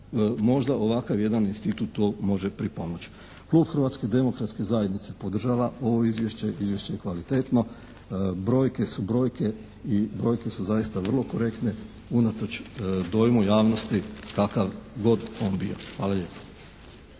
Možda ovakav jedan institut tu može pripomoći. Klub Hrvatske demokratske zajednice podržava ovo izvješće. Izvješće je kvalitetno, brojke su brojke i brojke su zaista vrlo korektne unatoč dojmu javnosti kakav god on bio. Hvala lijepo.